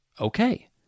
Okay